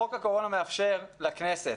חוק הקורונה מאפשר לכנסת,